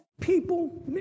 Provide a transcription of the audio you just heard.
people